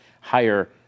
higher